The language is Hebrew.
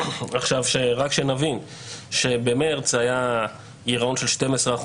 רק שנבין שבמרץ היה גירעון מדינה של 12%,